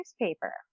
newspaper